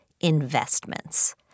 investments